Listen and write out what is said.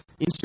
Instagram